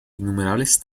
innumerables